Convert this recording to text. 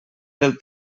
del